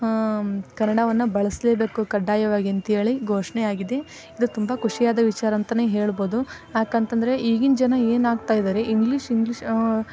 ಕನ್ನಡವನ್ನು ಬಳಸಲೇಬೇಕು ಕಡ್ಡಾಯವಾಗಿ ಅಂತೇಳಿ ಘೋಷಣೆಯಾಗಿದೆ ಇದು ತುಂಬ ಖುಷಿಯಾದ ವಿಚಾರ ಅಂತಲೇ ಹೇಳ್ಬೋದು ಏಕಂತಂದ್ರೆ ಈಗಿನ ಜನ ಏನಾಗ್ತಾ ಇದ್ದಾರೆ ಇಂಗ್ಲೀಷ್ ಇಂಗ್ಲೀಷ್